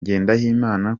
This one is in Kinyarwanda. ngendahimana